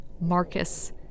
Marcus